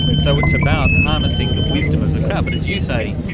so it's about harnessing the wisdom of the crowd. but as you say,